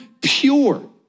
pure